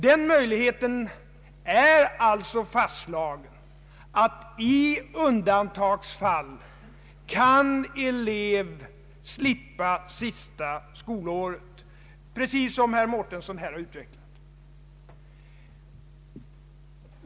Den möjligheten är alltså fastslagen, att elev i undantagsfall kan slippa sista skolåret, vilket herr Mårtensson här har utvecklat.